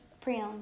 pre-owned